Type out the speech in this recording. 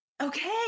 Okay